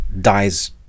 dies